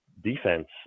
defense